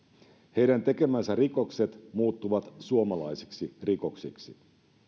heidän tekemänsä rikokset muuttuvat suomalaisiksi rikoksiksi